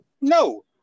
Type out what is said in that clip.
no